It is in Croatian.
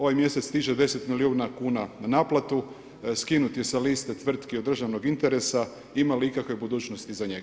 Ovaj mjesec stiže 10 milijuna kuna na naplatu, skinuti je sa liste tvrtke od državnih interesa, ima li ikakve budućnosti za njega?